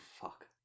fuck